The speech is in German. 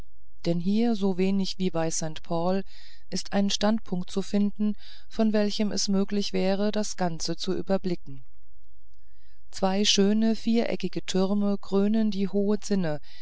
denn hier so wenig wie bei st paul ist ein standpunkt zu finden von welchem es möglich wäre das ganze zu überblicken zwei schöne viereckige türme krönen die hohe zinne